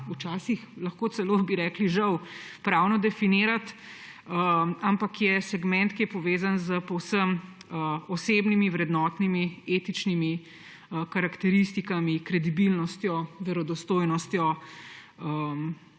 včasih bi lahko celo rekli žal, pravno definirati, ampak je segment, ki je povezan s povsem osebnimi, vrednotnimi, etičnimi karakteristikami, kredibilnostjo, verodostojnostjo,